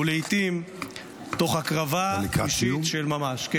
לעיתים תוך הקרבה אישית של ממש -- אתה לקראת סיום?